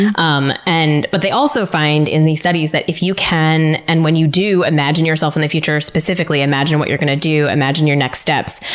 um and but they also find in these studies that if you can, and when you do, imagine yourself in the future specifically, imagine what you're going to do, imagine your next steps,